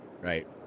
Right